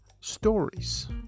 stories